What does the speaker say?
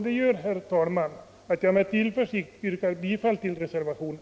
Det gör att jag, herr talman, med tillförsikt yrkar bifall till reservationen.